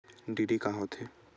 DD का होथे?